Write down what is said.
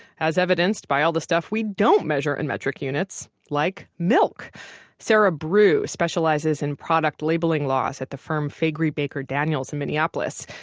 as evidenced by all the stuff we don't measure in metric units like milk sarah brew specializes in product labeling laws at the firm faegre baker daniels in minneapolis.